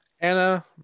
Anna